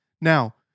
Now